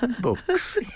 books